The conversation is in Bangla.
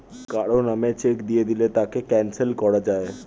কারো নামে চেক দিয়ে দিলে তাকে ক্যানসেল করা যায়